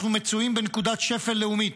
אנחנו מצויים בנקודת שפל לאומית,